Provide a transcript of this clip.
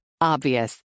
obvious